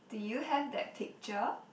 do you have that picture